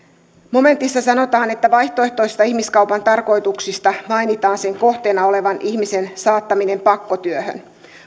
momentissa vaihtoehtoisista ihmiskaupan tarkoituksista mainitaan sen kohteena olevan ihmisen saattaminen pakkotyöhön